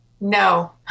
No